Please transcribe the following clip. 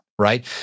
right